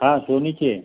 हां सोनीची आहे